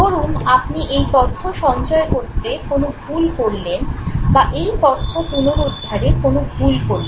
ধরুন আপনি এই তথ্য সঞ্চয় করতে কোন ভুল করলেন বা এই তথ্য পুনরুদ্ধারে কোন ভুল করলেন